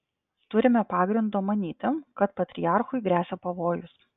turime pagrindo manyti kad patriarchui gresia pavojus